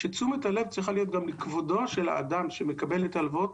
שתשומת הלב צריכה להיות גם לכבודו של האדם שמקבל את ההלוואות.